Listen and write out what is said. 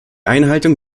einhaltung